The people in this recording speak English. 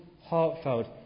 heartfelt